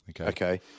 Okay